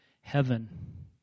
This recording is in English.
heaven